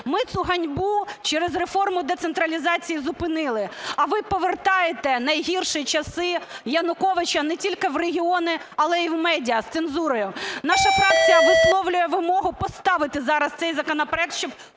Ми цю ганьбу через реформу децентралізації зупинили, а ви повертаєте найгірші часи Януковича не тільки в регіони, але й в медіа з цензурою. Наша фракція висловлює вимогу поставити зараз цей законопроект, щоб